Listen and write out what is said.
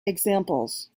examples